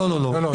לא, לא, לא.